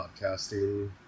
podcasting